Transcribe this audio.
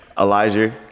Elijah